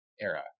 era